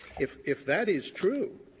if if that is true